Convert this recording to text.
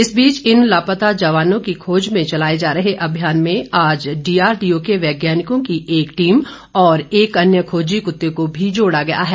इस बीच इन लापता जवानों की खोज में चलाए जा रहे अभियान में आज डीआरडी ओ के वैज्ञानिकों की एक टीम और एक अन्य खोजी कुत्ते को भी जोड़ा गया है